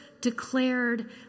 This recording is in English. declared